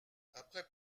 après